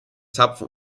zapfen